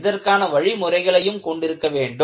இதற்கான வழிமுறைகளையும் கொண்டிருக்க வேண்டும்